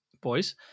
boys